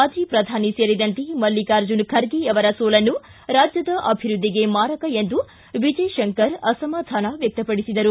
ಮಾಜಿ ಪ್ರಧಾನಿ ಸೇರಿದಂತೆ ಮಲ್ಲಿಕಾರ್ಜುನ ಖರ್ಗೆಯವರ ಸೋಲನ್ನು ರಾಜ್ಯದ ಅಭಿವೃದ್ದಿಗೆ ಮಾರಕ ಎಂದು ವಿಜಯಶಂಕರ್ ಅಸಮಾಧಾನ ವ್ಯಕ್ತಪಡಿಸಿದರು